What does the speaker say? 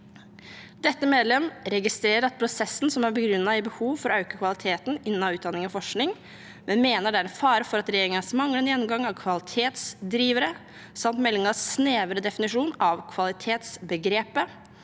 Dette medlem registrerer at prosessen er begrunnet i behov for å øke kvaliteten innen utdanning og forskning, men mener det er en fare for at regjeringens manglende gjennomgang av kvalitetsdrivere, samt meldingens snevre definisjon av kvalitetsbegrepet,